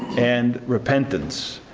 and repentance.